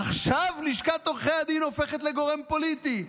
עכשיו לשכת עורכי הדין הופכת לגורם פוליטי,